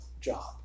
job